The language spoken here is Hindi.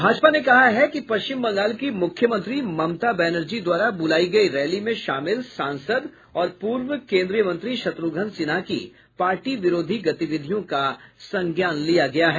भाजपा ने कहा है कि पश्चिम बंगाल की मूख्यमंत्री ममता बनर्जी द्वारा बूलाई गयी रैली में शामिल सांसद और पूर्व केन्द्रीय मंत्री शत्रुघ्न सिन्हा की पार्टी विरोधी गतिविधियों का संज्ञान लिया गया है